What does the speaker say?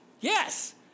yes